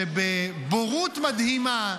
שבבורות מדהימה,